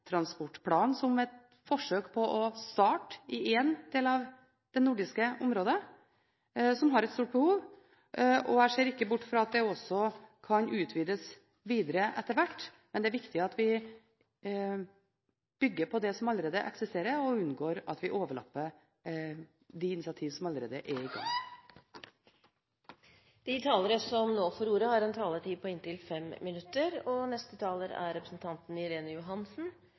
som et forsøk på å starte i én del av det nordiske området, som har et stort behov, og jeg ser ikke bort fra at det også kan utvides videre etter hvert. Men det er viktig at vi bygger på det som allerede eksisterer, og unngår at vi overlapper de initiativ som allerede er i gang. Jeg vil takke interpellanten for å reise en